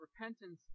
repentance